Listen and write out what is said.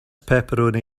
pepperoni